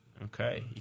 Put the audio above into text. Okay